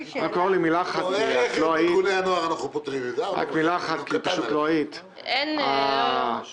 איך אנחנו פותרים את בעיית ארגוני הנוער?